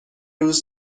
روز